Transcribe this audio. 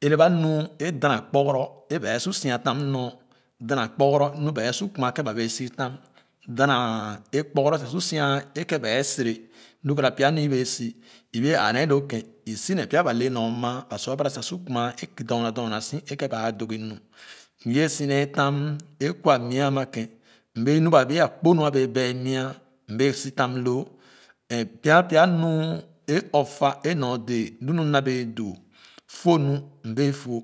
ɛre ba nu é dana kpugoro é bɛɛ su sia tam nɔr dana kpugoro lu bɛɛ su kuma kèn ba ɛɛ sitam da naa é kpugoro sia é kèn ba ɛɛ sitam da naa é kpugoro sia é kèn ba ɛɛ sere lu gara pya nu é bɛɛ si é bee ãã nee lo kèn é si ned pya ba le nɔr maa ba su a bara ba su kuma dorna dorna si é kèn bɛɛ dɔ gih nu é ye si nee tam é kira nya ama kèn m akpo nu a bee bɛɛ nya m bee si tam loo ɛ pya pya nu é ɔp fa é nor dee lu m na bee doo fo nu m bee fo.